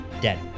dead